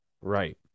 Right